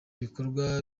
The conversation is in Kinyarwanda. bikorwa